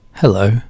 Hello